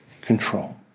control